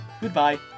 Goodbye